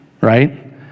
right